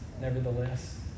Nevertheless